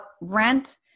rent